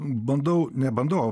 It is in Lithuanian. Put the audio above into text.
bandau ne bandau o